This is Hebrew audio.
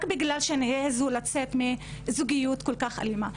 בגלל שהן העזו לצאת מזוגיות כל כך אלימה.